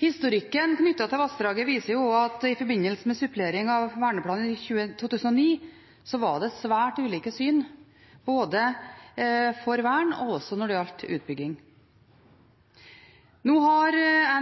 Historikken knyttet til vassdraget viser også at i forbindelse med supplering av verneplanen i 2009 var det svært ulike syn både når det gjaldt vern, og når det gjaldt utbygging. Nå har